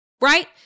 Right